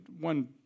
one